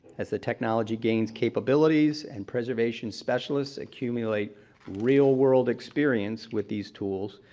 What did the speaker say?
as the technology gains capabilities and preservation specialists accumulate real world experience with these tools,